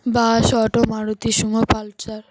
bus auto Maruti Sumo Pulsar